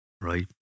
right